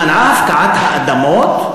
מנעה את הפקעת האדמות?